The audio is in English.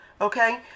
Okay